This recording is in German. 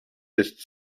ist